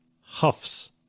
huffs